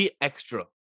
extra